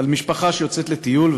על משפחה שיוצאת לטיול,